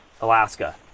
Alaska